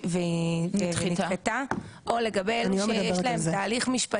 שיש להם הליך משפטי, להם לא ינכו.